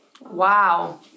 Wow